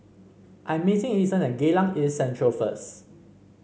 I'm meeting Ethen at Geylang East Central first